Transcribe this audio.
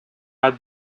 out